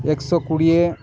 ଏକଶହ କୋଡ଼ିଏ